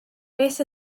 beth